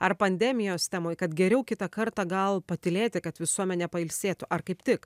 ar pandemijos temoje kad geriau kitą kartą gal patylėti kad visuomenė pailsėtų ar kaip tik